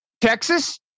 Texas